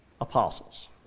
apostles